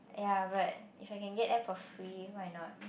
ya but if you can get them for free why not